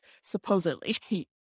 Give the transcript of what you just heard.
supposedly